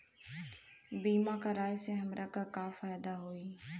बीमा कराए से हमरा के का फायदा होई?